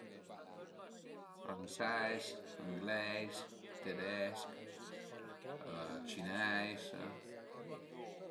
Franseis, angleis, tedesch cineis,